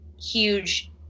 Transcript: huge